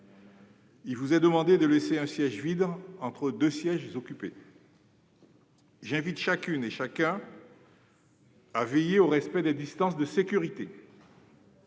Il vous est demandé de laisser un siège vide entre deux sièges occupés. J'invite chacune et chacun à veiller au respect des distances de sécurité.